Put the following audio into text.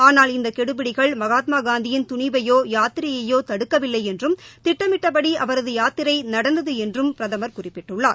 ஆளால் இந்த கெடுபிடிகள் மகாத்மாகாந்தியின் துணிவையோ யாத்திரையையோ தடுக்கவில்லை என்றும் திட்டமிட்டப்படி அவரது யாத்திரை நடந்தது என்றும் பிரதமர் குறிப்பிட்டுள்ளார்